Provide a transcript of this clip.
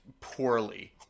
poorly